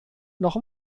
noch